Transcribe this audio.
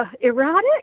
Erotic